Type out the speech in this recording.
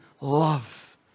love